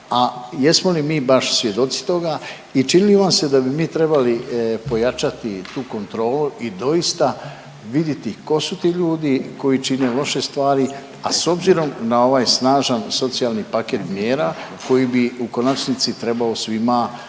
a jesmo li mi baš svjedoci toga i čini li vam se da bi mi trebali pojačati tu kontrolu i doista vidjeti tko su ti ljudi koji čine loše stvari. A s obzirom na ovaj snažan socijalni paket mjera koji bi u konačnici trebao svima dati